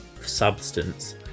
substance